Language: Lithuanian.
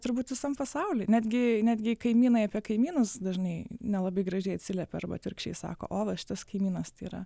turbūt visam pasauly netgi netgi kaimynai apie kaimynus dažnai nelabai gražiai atsiliepia arba atvirkščiai sako o va šitas kaimynas tai yra